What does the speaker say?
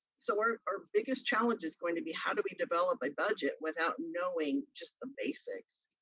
so our our biggest challenge is going to be how do we develop a budget without knowing just the basics?